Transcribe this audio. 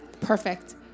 Perfect